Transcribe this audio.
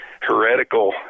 heretical